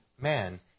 man